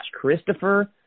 Christopher